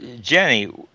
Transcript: Jenny